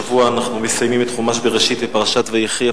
השבוע אנחנו מסיימים את חומש בראשית בפרשת ויחי,